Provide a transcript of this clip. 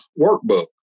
workbook